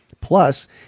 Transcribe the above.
Plus